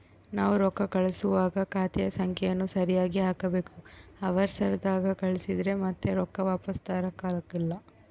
ನಾವು ರೊಕ್ಕ ಕಳುಸುವಾಗ ಖಾತೆಯ ಸಂಖ್ಯೆಯನ್ನ ಸರಿಗಿ ಹಾಕಬೇಕು, ಅವರ್ಸದಾಗ ಕಳಿಸಿದ್ರ ಮತ್ತೆ ರೊಕ್ಕ ವಾಪಸ್ಸು ತರಕಾಗಲ್ಲ